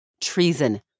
Treason